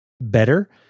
better